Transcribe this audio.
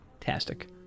fantastic